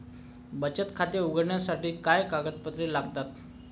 बचत खाते उघडण्यासाठी काय कागदपत्रे लागतात?